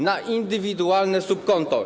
Na indywidualne subkonto.